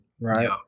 right